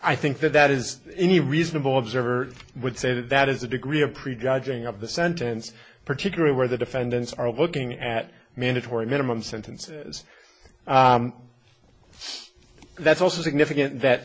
i think that that is any reasonable observer would say that that is the degree of prejudging of the sentence particularly where the defendants are looking at mandatory minimum sentences that's also significant that